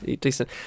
decent